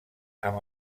amb